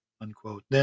unquote